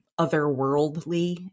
otherworldly